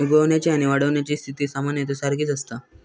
उगवण्याची आणि वाढण्याची स्थिती सामान्यतः सारखीच असता